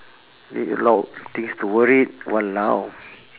need a lot of things to worried !walao!